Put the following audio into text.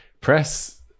press